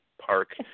park